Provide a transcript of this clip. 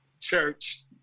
Church